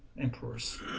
emperors